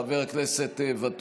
חבר הכנסת וטורי.